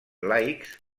laics